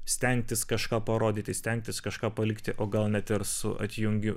stengtis kažką parodyti stengtis kažką palikti o gal net ir su atjungiu